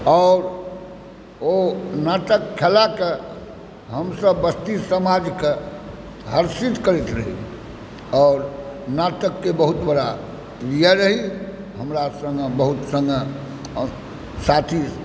आओर ओ नाटक खेलाकऽ हमसब बस्ती समाजके हर्षित करैत रही आओर नाटकके बहुत बड़ा लीडर रही हमरा सङ्गे बहुत सङ्गी साथी